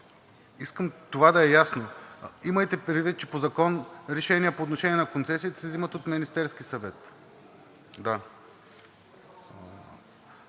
Искам това да е ясно! Имайте предвид, че по закон решения по отношение на концесиите се взимат от Министерския съвет.